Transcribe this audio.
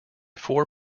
four